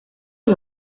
que